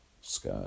sky